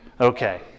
Okay